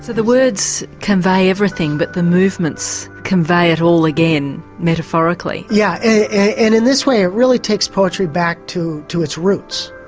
the words convey everything, but the movements convey it all again, metaphorically. yeah. and in this way it really takes poetry back to to its roots.